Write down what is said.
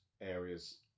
areas